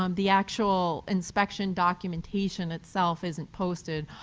um the actual inspection documentation itself isn't posted.